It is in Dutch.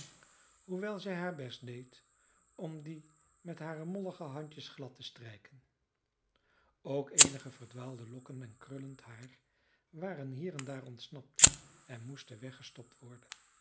hoewel zij haar best deed om die met hare mollige handjes glad te strijken ook eenige verdwaalde lokken en krullend haar waren hier en daar ontsnapt en moesten weggestopt worden